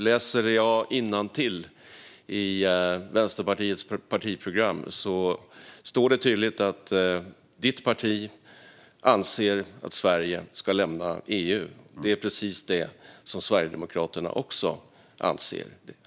Läser jag innantill i Vänsterpartiets partiprogram står det tydligt att ditt parti anser att Sverige ska lämna EU. Det är precis det som Sverigedemokraterna också anser.